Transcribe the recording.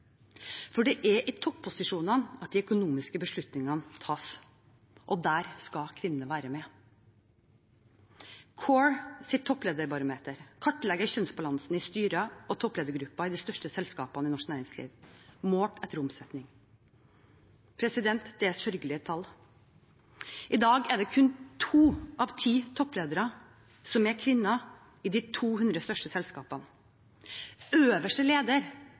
for det er i topposisjonene at de økonomiske beslutningene tas, og der skal kvinnene være med. CORE Topplederbarometer kartlegger kjønnsbalansen i styrer og toppledergrupper i de største selskapene i norsk næringsliv, målt etter omsetning. Det er sørgelige tall. I dag er kun to av ti toppledere kvinner i de 200 største selskapene. Øverste leder